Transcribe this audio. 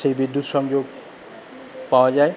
সেই বিদ্যুৎ সংযোগ পাওয়া যায়